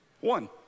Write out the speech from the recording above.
One